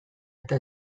eta